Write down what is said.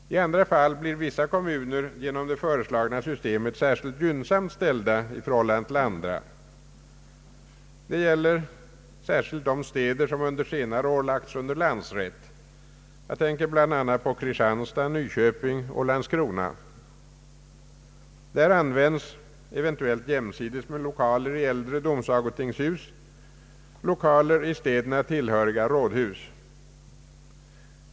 I andra fall blir vissa kommuner genom det nya systemet särskilt gynnsamt ställda. Det gäller framför allt de städer som under senare år lagts under landsrätt. Jag tänker bl.a. på Kristianstad, Nyköping och Landskrona. Där används, eventuellt jämsides med lokaler i äldre domsagotingshus, lokaler i städerna tillhöriga rådhus.